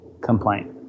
complaint